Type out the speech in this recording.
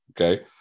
Okay